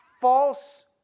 false